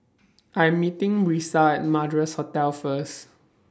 I'm meeting Brisa Madras Hotel First